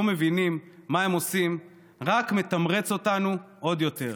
מבינים מה הם עושים רק מתמרץ אותנו עוד יותר.